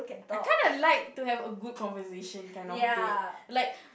I kinda like to have a good conversation kind of date like